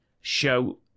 Show